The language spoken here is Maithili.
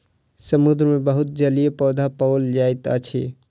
समुद्र मे बहुत जलीय पौधा पाओल जाइत अछि